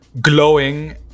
glowing